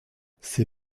ces